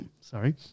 Sorry